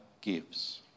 gives